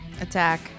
Attack